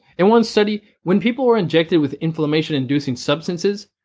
in one study, when people were injected with inflammation inducing substances,